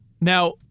Now